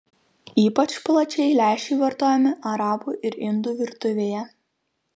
ypač plačiai lęšiai vartojami arabų ir indų virtuvėje